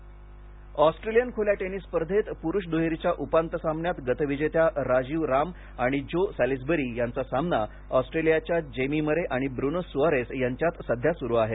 tennis Australian खुल्या tennis स्पर्धेत पुरुष दूहेरीच्या उपांत्य सामन्यात गतविजेत्या राजीव राम आणि जो सॅलिसबरी यांचा सामना ऑस्ट्रेलियाच्या जेमी मरे आणि ब्रुनो सुआरेस यांच्यात सध्या सुरु आहे